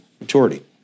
maturity